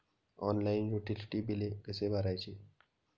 Online utility बिले कसे भरायचे?